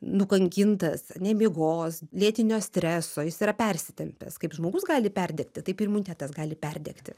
nukankintas nemigos lėtinio streso jis yra persitempęs kaip žmogus gali perdegti taip imunitetas gali perdegti